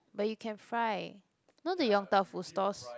but you can fry know the Yong-Tau-Foo stalls